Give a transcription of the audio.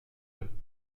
eux